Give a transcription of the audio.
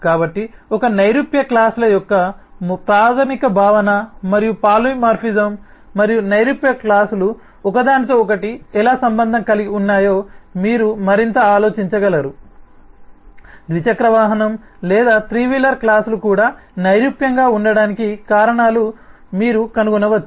కాబట్టి ఇది నైరూప్య క్లాస్ ల యొక్క ప్రాథమిక భావన మరియు పాలిమార్ఫిజం మరియు నైరూప్య క్లాస్ లు ఒకదానితో ఒకటి ఎలా సంబంధం కలిగి ఉన్నాయో మీరు మరింత ఆలోచించగలరు ద్విచక్ర వాహనం లేదా త్రీ వీలర్ క్లాస్ లు కూడా నైరూప్యంగా ఉండటానికి కారణాలను మీరు కనుగొనవచ్చు